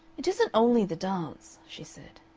it isn't only the dance, she said.